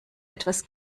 etwas